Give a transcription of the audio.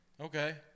Okay